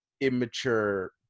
immature